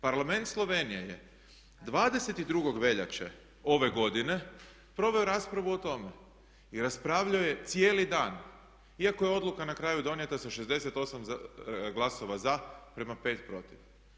Parlament Slovenije je 22. veljače ove godine proveo raspravu o tome i raspravljao je cijeli dan iako je odluka na kraju donijeta sa 68 glasova za prema 5 protiv.